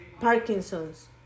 Parkinson's